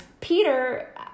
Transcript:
peter